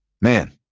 Man